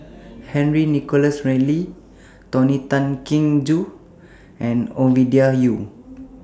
Henry Nicholas Ridley Tony Tan Keng Joo and Ovidia Yu